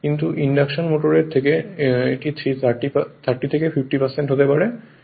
কিন্তু ইন্ডাকশন মোটরে এটি 30 থেকে 50 হতে পারে এই I0